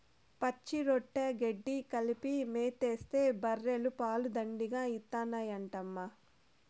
పచ్చిరొట్ట గెడ్డి కలిపి మేతేస్తే బర్రెలు పాలు దండిగా ఇత్తాయంటమ్మా